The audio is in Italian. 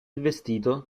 vestito